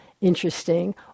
interesting